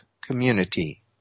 community